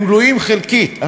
הם גלויים חלקית.